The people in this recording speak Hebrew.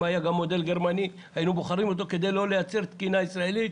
אם היה מודל גרמני היינו בוחרים בו כדי לא לייצר תקינה ישראלית,